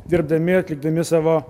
dirbdami atlikdami savo